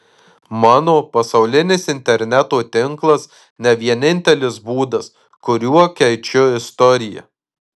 mano pasaulinis interneto tinklas ne vienintelis būdas kuriuo keičiu istoriją